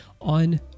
on